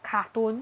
cartoon